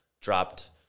dropped